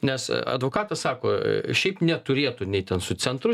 nes advokatas sako šiaip neturėtų nei ten su centru